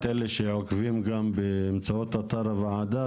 אלה שעוקבים גם באמצעות אתר הוועדה,